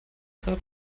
grad